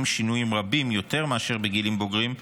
שינויים רבים יותר מאשר בגילים בוגרים,